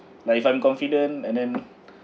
like if I'm confident and then